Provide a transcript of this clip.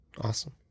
awesome